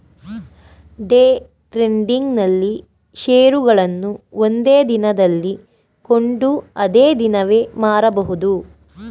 day trading ನಲ್ಲಿ ಶೇರುಗಳನ್ನು ಒಂದೇ ದಿನದಲ್ಲಿ ಕೊಂಡು ಅದೇ ದಿನವೇ ಮಾರಬಹುದು